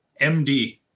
MD